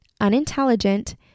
unintelligent